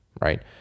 right